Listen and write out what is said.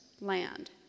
land